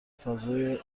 فضای